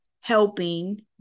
helping